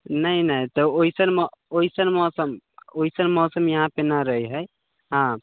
नहि नहि तऽ ओइसनमे ओइसन मौसम ओइसन मौसम यहाँपर नहि रहै हइ हाँ